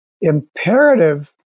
imperative